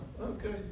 okay